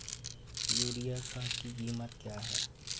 Urea खाद की कीमत क्या है?